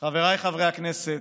חבריי חברי הכנסת,